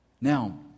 Now